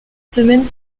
semaines